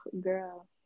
girl